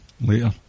later